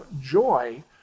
joy